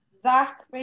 Zach